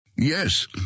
Yes